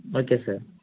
okay sir